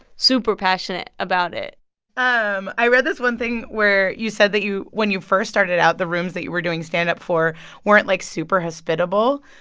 super passionate about it um i read this one thing where you said that when you first started out, the rooms that you were doing stand-up for weren't, like, super hospitable,